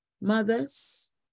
Mothers